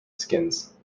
skins